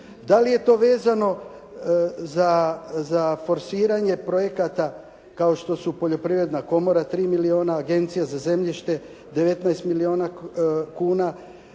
Da li je to vezano za forsiranje projekata kao što su Poljoprivredna komora 3 milijuna, Agencija za zemljište 19 milijuna kuna,